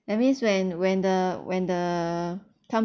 that means when when the when the